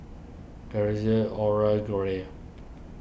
Corliss Oral Greg